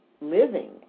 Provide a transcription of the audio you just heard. living